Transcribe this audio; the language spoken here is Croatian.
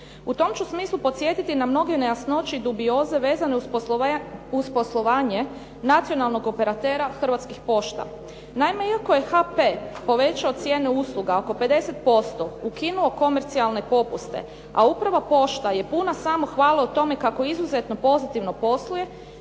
U tom ću smislu podsjetiti na mnoge nejasnoće i dubioze vezane uz poslovanje nacionalnog operatera Hrvatskih pošta. Naime, iako je HP povećao cijene usluga oko 50%, ukinuo komercijalne popuste a upravo pošta je puna samohvale o tome kako izuzetno pozitivno posluje